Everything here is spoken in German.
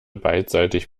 beidseitig